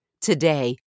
today